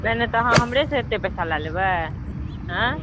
नहि नहि तऽ अहाँ हमरेसँ एते पैसा लए लेबए एँ